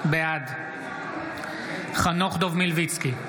בעד חנוך דב מלביצקי,